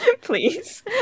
please